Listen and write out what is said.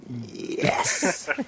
yes